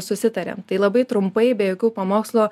susitariam tai labai trumpai be jokių pamokslų